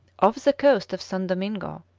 off the coast of san domingo,